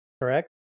correct